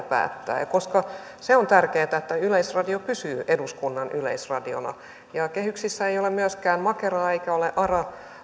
päättää koska on tärkeätä että yleisradio pysyy eduskunnan yleisradiona kun kehyksissä ei ole myöskään makeraa eikä myöskään ara